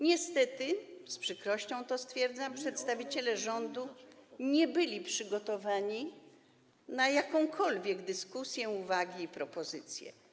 Niestety, z przykrością to stwierdzam, przedstawiciele rządu nie byli przygotowani na jakąkolwiek dyskusję, uwagi ani propozycje.